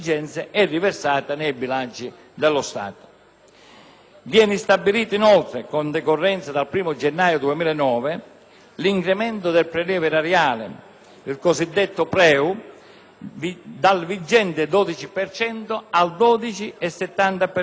Viene stabilito inoltre, con decorrenza dal 1° gennaio 2009, l'incremento del prelievo erariale unico (cosiddetto PREU) dal vigente 12 per cento al 12,70 per cento delle somme giocate con apparecchi